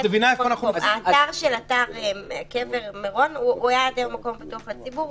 האתר של מירון היה מקום פתוח לציבור,